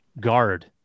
guard